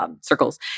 Circles